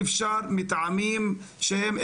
כאשר התברר לי לאחר שהעלינו את האתר של